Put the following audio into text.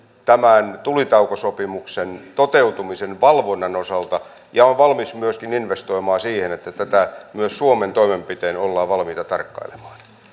tämän tulitaukosopimuksen toteutumisen valvonnan osalta ja on valmis myöskin investoimaan siihen että tätä myös suomen toimenpitein ollaan valmiita tarkkailemaan